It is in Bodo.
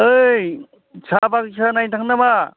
ओइ साहा बागिसा नायनो थांनो नामा